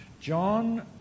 John